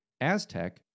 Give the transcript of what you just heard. Aztec